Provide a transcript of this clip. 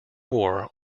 war